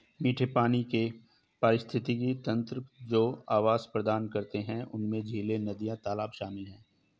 मीठे पानी के पारिस्थितिक तंत्र जो आवास प्रदान करते हैं उनमें झीलें, नदियाँ, तालाब शामिल हैं